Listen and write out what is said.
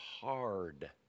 hard